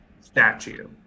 statue